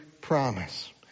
promise